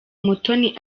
umutoni